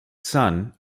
son